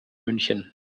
münchen